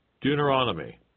Deuteronomy